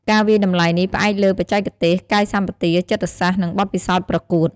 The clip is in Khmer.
ការវាយតម្លៃនេះផ្អែកលើបច្ចេកទេស កាយសម្បទា ចិត្តសាស្ត្រ និងបទពិសោធន៍ប្រកួត។